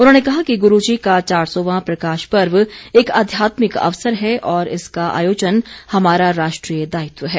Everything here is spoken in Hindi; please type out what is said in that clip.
उन्होंने कहा कि गुरुजी का चार सौवां प्रकाश पर्व एक आध्यात्मिक अवसर है और इसका आयोजन हमारा राष्ट्रीय दायित्व है